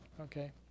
Okay